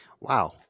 Wow